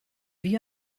wie